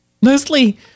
Mostly